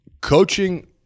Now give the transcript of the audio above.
coaching